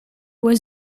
was